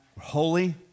holy